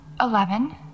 Eleven